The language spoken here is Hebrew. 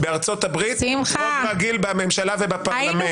בארצות הברית יש רוב רגיל בממשלה ובפרלמנט.